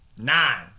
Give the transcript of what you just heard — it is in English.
Nine